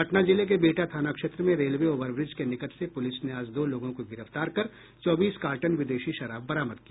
पटना जिले के बिहटा थाना क्षेत्र में रेलवे ओवरब्रिज के निकट से पूलिस ने आज दो लोगों को गिरफ्तार कर चौबीस कार्टन विदेशी शराब बरामद किया